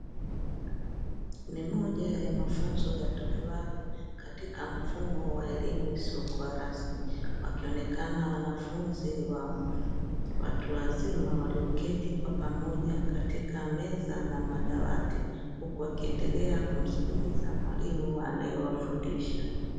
Ni moja ya mafunzo ya tolewayo katika mfumo wa elimu isiyokuwa rasmi wakionekana wanafunzi wa watu wazima walioketi kwa pamoja katika meza na madawati huku wakiendelea kumsikiliza mwalimu anayewafundisha.